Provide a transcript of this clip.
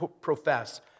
profess